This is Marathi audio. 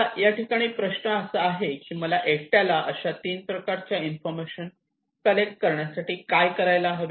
आता या ठिकाणी प्रश्न असा आहे की मला एकट्याला अशा तीन प्रकारच्या इन्फॉर्मेशन कलेक्ट करण्यासाठी काय करायला हवे